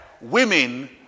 women